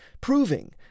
proving